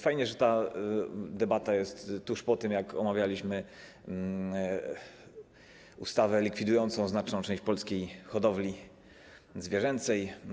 Fajnie, że ta debata jest tuż po tym, jak omawialiśmy ustawę likwidującą znaczną część polskiej hodowli zwierzęcej.